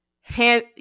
hand